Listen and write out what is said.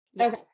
Okay